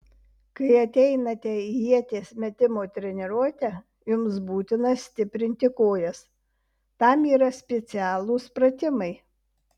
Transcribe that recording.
kai ateinate į ieties metimo treniruotę jums būtina stiprinti kojas tam yra specialūs pratimai